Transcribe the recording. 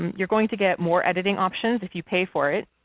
you're going to get more editing options if you pay for it,